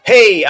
Hey